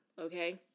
okay